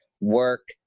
work